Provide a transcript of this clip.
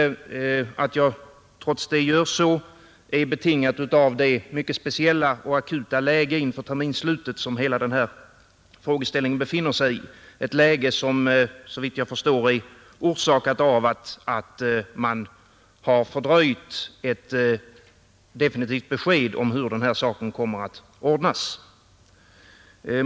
Att jag trots det gör så är betingat av det mycket speciella och akuta läge inför terminsslutet som hela denna fråga befinner sig i och som såvitt jag förstår är orsakat av att man har fördröjt ett definitivt besked om hur denna fråga kommer att ordnas.